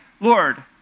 Lord